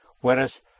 whereas